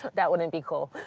that wouldn't be cool.